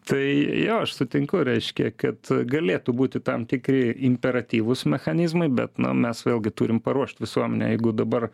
tai jo aš sutinku reiškia kad galėtų būti tam tikri imperatyvūs mechanizmai bet na mes vėlgi turim paruošt visuomenę jeigu dabar